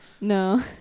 No